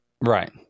Right